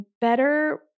better